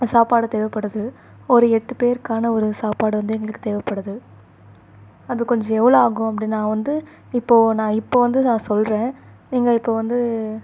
சாப்பாடு தேவைப்படுது ஒரு எட்டு பேருக்கான ஒரு சாப்பாடு வந்து எங்களுக்கு தேவைப்படுது அது கொஞ்சம் எவ்வளோ ஆகும் அப்படின்னு நான் வந்து இப்போது நான் இப்போ வந்து நான் சொல்கிறேன் நீங்கள் இப்போ வந்து